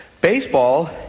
Baseball